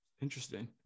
interesting